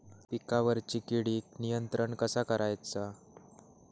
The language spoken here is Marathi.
पिकावरची किडीक नियंत्रण कसा करायचा?